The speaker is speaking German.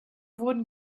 wurden